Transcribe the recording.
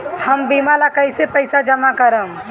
हम बीमा ला कईसे पईसा जमा करम?